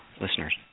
listeners